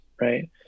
right